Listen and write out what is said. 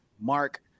Mark